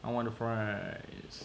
I want the fries